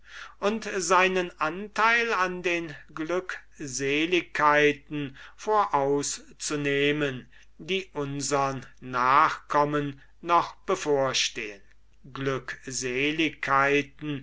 und sich an den glückseligkeiten zu laben die unsern nachkommen noch bevorstehen